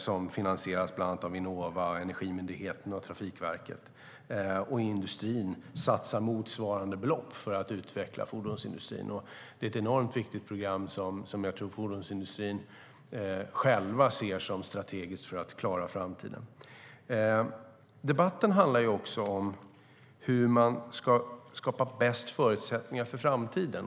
Det finansieras bland annat av Vinnova, Energimyndigheten och Trafikverket, och industrin satsar motsvarande belopp för att utveckla fordonsindustrin. Det är ett enormt viktigt program som jag tror att fordonsindustrin själv ser som strategiskt för att klara framtiden. Debatten handlar också om hur man skapar bäst förutsättningar för framtiden.